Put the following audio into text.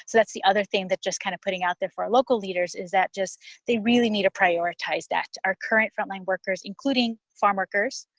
so that's the other thing, just kind of putting out there for our local leaders, is that just they really need to prioritize that. our current frontline workers, including farm workers,